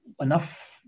enough